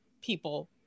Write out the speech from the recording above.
people